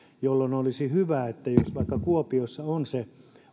jolloin olisi hyvä että jos vaikka kuopiossa on se